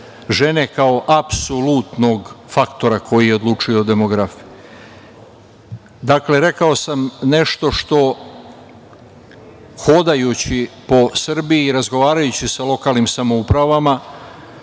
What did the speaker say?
žene kao apsolutnog faktora koji odlučuje o demografiji. Dakle, rekao sam nešto što hodajući po Srbiji i razgovarajući sa lokalnim samoupravama